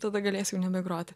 tada galėsiu jau nebegroti